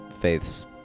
Faith's